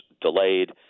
delayed